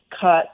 cut